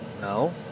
No